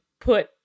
put